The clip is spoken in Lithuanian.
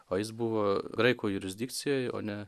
o jis buvo graikų jurisdikcijoj o ne